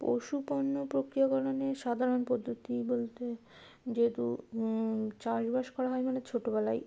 পশু পণ্য প্রক্রিয়াকরণে সাধারণ পদ্ধতি বলতে যেহেতু চাষবাস করা হয় মানে ছোটোবেলায়